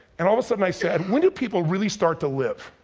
and all of a sudden i said, when do people really start to live?